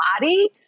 body